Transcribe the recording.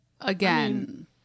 again